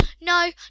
no